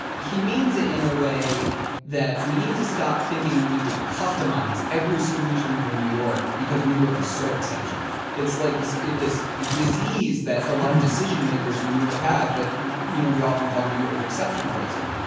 he means it in a way that, we need to stop thinking we need to customize every solution for new york, because new york is so exceptional. it's like this disease that a lot of decision makers in new york have, that you know we often call new york exceptionalism.